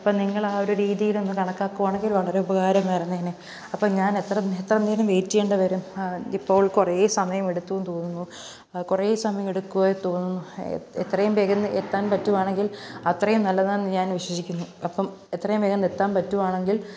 അപ്പോള് നിങ്ങളാ ഒരു രീതിയിലൊന്ന് കണക്കാക്കുകയാണെങ്കിൽ വളരെ ഉപകാരമായിരുന്നേനെ അപ്പോള് ഞാനെത്ര എത്ര നേരം വെയിറ്റെയേണ്ട വരും ഇപ്പോൾ കുറേ സമയം എടുത്തു എന്നു തോന്നുന്നു കുറേ സമയം എടുക്കുവെന്നു തോന്നുന്നു എ എത്രയും വേഗംന്ന് എത്താൻ പറ്റുകയാണെങ്കിൽ അത്രയും നല്ലതെന്ന് ഞാൻ വിശ്വസിക്കുന്നു അപ്പോള് എത്രയും വേഗംന്ന് എത്താന് പറ്റുവാണെങ്കിൽ